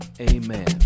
amen